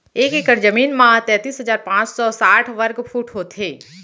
एक एकड़ जमीन मा तैतलीस हजार पाँच सौ साठ वर्ग फुट होथे